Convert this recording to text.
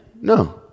No